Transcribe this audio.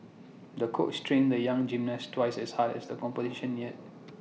the coach trained the young gymnast twice as hard as the competition neared